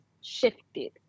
shifted